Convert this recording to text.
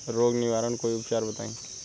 रोग निवारन कोई उपचार बताई?